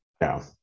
No